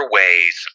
ways